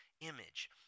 image